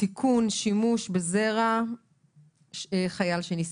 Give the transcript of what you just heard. (תיקון שימוש בזרע חייל שנספה).